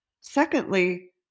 Secondly